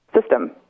system